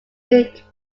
make